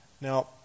Now